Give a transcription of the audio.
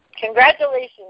Congratulations